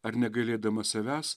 ar negailėdamas savęs